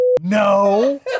No